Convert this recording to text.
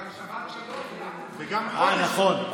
נכון.